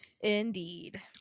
indeed